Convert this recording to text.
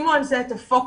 שימו על זה את הפוקוס,